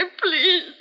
Please